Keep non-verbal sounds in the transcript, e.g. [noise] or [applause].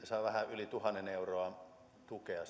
[unintelligible] saa vähän yli tuhat euroa tukea [unintelligible]